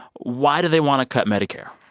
why do they want to cut medicare?